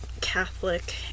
Catholic